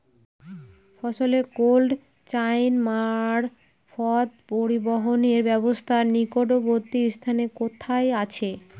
ফসলের cold chain মারফত পরিবহনের ব্যাবস্থা নিকটবর্তী স্থানে কোথায় আছে?